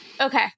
Okay